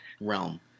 realm